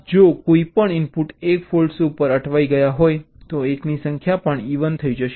હવે જો કોઈ પણ ઇનપુટ 1 ફૉલ્ટ ઉપર અટવાઈ ગયો હોય તો 1 ની સંખ્યા પણ ઇવન થઈ જશે